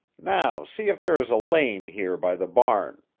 now see if there is a lane here by the barn.